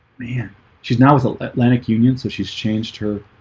man she's now with atlantic union, so she's changed her